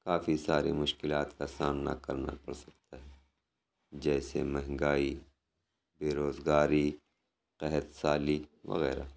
کافی ساری مشکلات کا سامنا کرنا پڑ سکتا ہے جیسے مہنگائی بےروزگاری قحط سالی وغیرہ